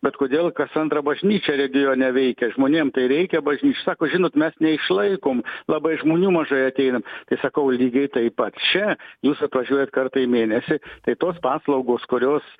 bet kodėl kas antra bažnyčia regione veikia žmonėm tai reikia bažnyčių sako žinot mes neišlaikom labai žmonių mažai ateina tai sakau lygiai taip pat čia jūs atvažiuojat kartą į mėnesį tai tos paslaugos kurios